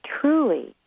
truly